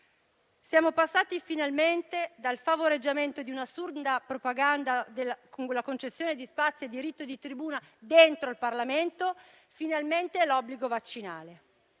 Siamo passati finalmente dal favoreggiamento di un'assurda propaganda sulla concessione di spazi e il diritto di tribuna dentro il Parlamento all'obbligo vaccinale.